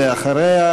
ואחריה,